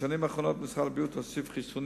בשנים האחרונות משרד הבריאות הוסיף חיסונים